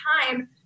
time